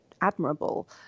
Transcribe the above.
admirable